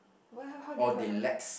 why how how do you heard of it